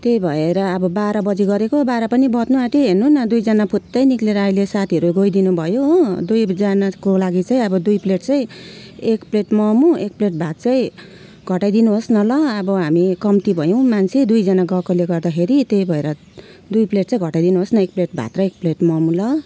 त्यही भएर अब बाह्र बजे गरेको बाह्र पनि बज्नु आँट्यो हेर्नु न दुईजना फुत्तै निक्लेर अहिले साथीहरू गइदिनुभयो हो दुईजनाको लागि चाहिँ अब दुई प्लेट चाहिँ एक प्लेट मोमो एक प्लेट भात चाहिँ घटाइदिनुहोस् न ल अब हामी कम्ती भयौँ मान्छे दुईजना गएकोले गर्दाखेरि त्यही भएर दुई प्लेट चाहिँ घटाइदिनुहोस् न एक प्लेट भात र एक प्लेट मोमो ल